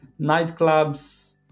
nightclubs